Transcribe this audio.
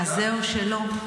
אז זהו, שלא.